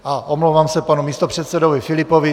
A omlouvám se panu místopředsedovi Filipovi.